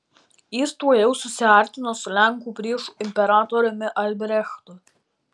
jis tuojau susiartino su lenkų priešu imperatoriumi albrechtu